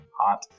hot